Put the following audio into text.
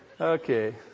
Okay